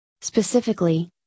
Specifically